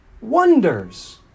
wonders